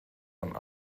von